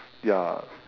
ya